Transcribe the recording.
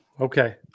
Okay